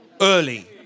early